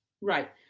right